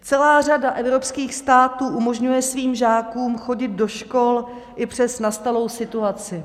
Celá řada evropských států umožňuje svým žákům chodit do škol i přes nastalou situaci.